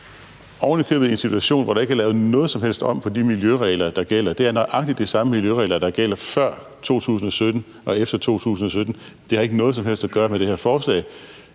ovenikøbet i en situation, hvor der ikke er lavet noget som helst om på de miljøregler, der gælder. Det er nøjagtig de samme miljøregler, der gælder før 2017 og efter 2017. Det har ikke noget som helst at gøre med det her forslag.